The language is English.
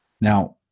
Now